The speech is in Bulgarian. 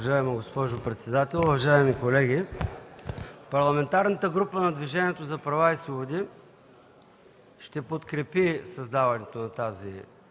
Уважаема госпожо председател, уважаеми колеги! Парламентарната група на Движението за права и свободи ще подкрепи създаването на тази